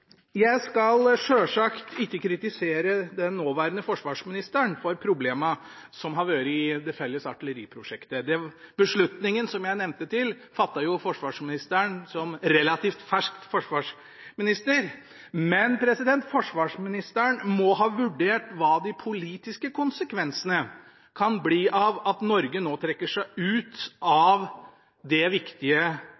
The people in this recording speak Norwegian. Jeg skal selvsagt ikke kritisere den nåværende forsvarsministeren for problemene som har vært i det felles artilleriprosjektet. Beslutningen som jeg nevnte, fattet jo forsvarsministeren som relativt fersk forsvarsminister. Men forsvarsministeren må ha vurdert hva de politiske konsekvensene kan bli av at Norge nå trekker seg ut